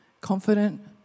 Confident